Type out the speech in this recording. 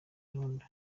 gahunda